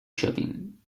shopping